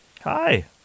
Hi